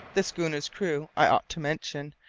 the schooner's crew, i ought to mention,